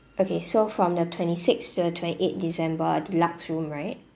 okay so from the twenty six to the twenty eight december deluxe room right